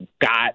got